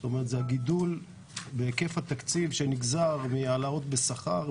זה הגידול בהיקף התקציב שנגזר מהעלאות בשכר,